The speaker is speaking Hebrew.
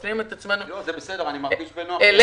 מפנים אליך את השאלות, אבל